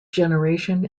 generation